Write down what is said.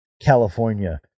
California